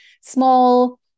small